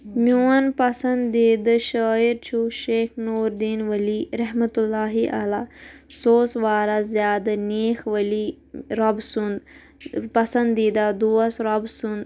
میٚون پسنٛدیدہ شٲعِر چھُ شیخ نوٗر الدیٖن ولی رَحمَتُہ اللہِ علیہ سُہ اوس واریاہ زِیادٕ نیک ولی رۄب سُنٛد پسنٛدیٖدہ دوست رۅب سُنٛد